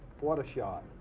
what a shot.